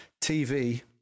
TV